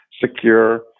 secure